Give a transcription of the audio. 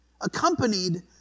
accompanied